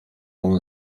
una